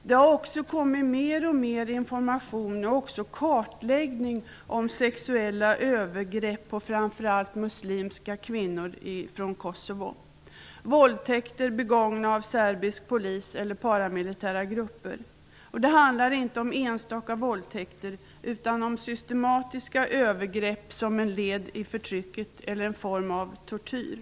Det har också kommit mer och mer information, och också kartläggning, om sexuella övergrepp på framför allt muslimska kvinnor från Kosovo. Våldtäkter har begåtts av serbisk polis eller paramilitära grupper. Det handlar inte om enstaka våldtäkter, utan om systematiska övergrepp som ett led i förtrycket, eller en form av tortyr.